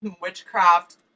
witchcraft